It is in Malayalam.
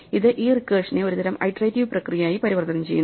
ഇത് ഈ റിക്കർഷനെ ഒരുതരം ഐട്രേറ്റിവ് പ്രക്രിയയായി പരിവർത്തനം ചെയ്യുന്നു